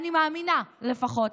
אני מאמינה לפחות,